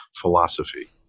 philosophy